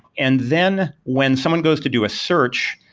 and then when someone goes to do a search,